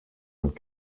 und